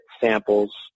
samples